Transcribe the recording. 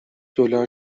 دلار